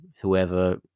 whoever